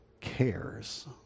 cares